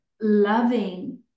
loving